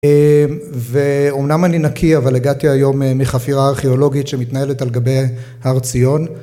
ואומנם אני נקי אבל הגעתי היום מחפירה ארכיאולוגית שמתנהלת על גבי הר ציון